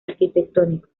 arquitectónicos